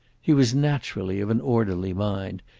he was naturally of an orderly mind,